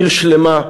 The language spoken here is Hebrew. עיר שלמה,